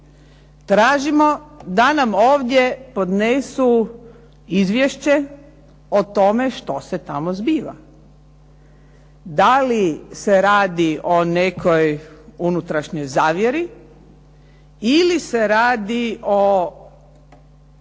tražimo da nam ovdje podnesu izvješće o tome što se tamo zbiva. Da li se radi o nekoj unutrašnjoj zavjeri ili se radi